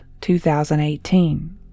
2018